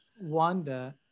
wanda